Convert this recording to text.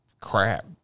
crap